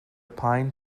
pine